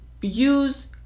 use